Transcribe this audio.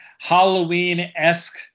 Halloween-esque